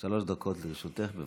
שלי, יחשוב על זה שבעוד